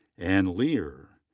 anne leer,